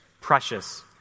precious